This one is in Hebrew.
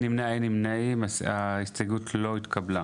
0 ההסתייגות לא התקבלה.